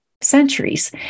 centuries